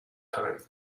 time